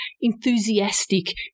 enthusiastic